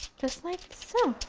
just like so.